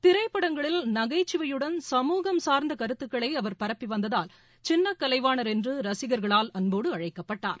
திரைப்படங்களில் நகைச்சுவையுடன் சமூகம் சார்ந்த கருத்துக்களை அவர் பரப்பி வந்ததால் சின்னக் கலைவாணர் என்று ரசிகர்களால் அன்போடு அழைக்கப்பட்டார்